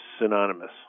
synonymous